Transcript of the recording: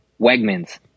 Wegmans